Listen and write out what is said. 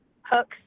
hooks